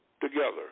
together